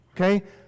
Okay